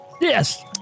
Yes